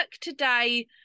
today